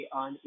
on